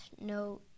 no